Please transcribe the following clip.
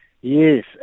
Yes